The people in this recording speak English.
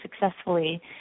successfully